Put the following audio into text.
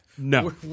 No